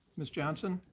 ms. johnson.